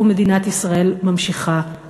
ומדינת ישראל ממשיכה,